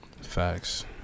Facts